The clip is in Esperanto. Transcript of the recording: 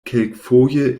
kelkfoje